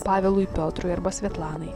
pavelui piotrui arba svietlanai